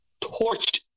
torched